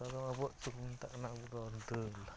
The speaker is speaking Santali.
ᱟᱨ ᱚᱝᱠᱟᱫᱚ ᱟᱵᱚᱣᱟᱜ ᱛᱮᱫᱚᱵᱚ ᱢᱮᱛᱟᱜ ᱠᱟᱱᱟ ᱫᱟᱹᱞ